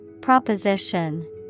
Proposition